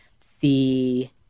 see